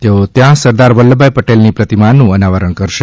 તેઓ ત્યાં સરદાર વલ્લભભાઈ પટેલની પ્રતિમાનું અનાવરણ કરશે